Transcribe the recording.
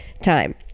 time